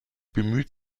bemüht